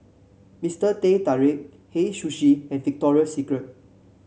Mister Teh Tarik Hei Sushi and Victoria Secret